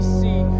see